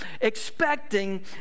expecting